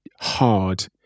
hard